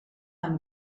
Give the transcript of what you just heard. amb